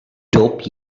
dope